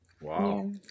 Wow